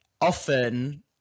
often